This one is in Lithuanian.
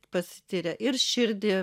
pasitiria ir širdį